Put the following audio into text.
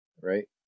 right